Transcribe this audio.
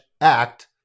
act